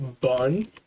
bun